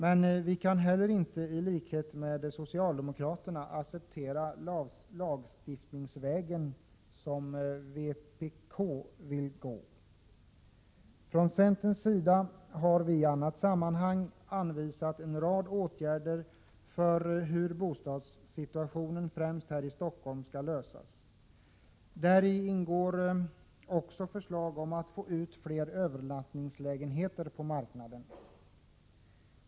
Men vi kan inte heller, i likhet med socialdemokraterna, acceptera lagstiftningsvägen, som vpk vill gå. Från centerns sida har vi i annat sammanhang anvisat en rad åtgärder för hur bostadsbristsituationen främst här i Stockholm skall lösas. Däri ingår också förslag om att få ut fler övernattningslägenheter på marknaden.